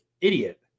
idiot